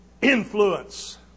Influence